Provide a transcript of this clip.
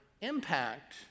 impact